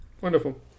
wonderful